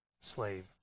slave